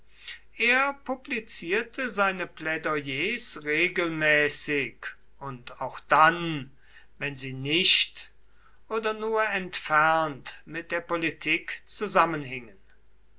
er publizierte seine plädoyers regelmäßig und auch dann wenn sie nicht oder nur entfernt mit der politik zusammenhingen